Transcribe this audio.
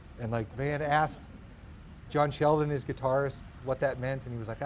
and like van asks john sheldon, his guitarist, what that meant. and he was like, ah,